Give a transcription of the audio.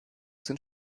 sind